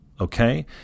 okay